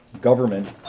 government